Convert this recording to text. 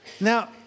Now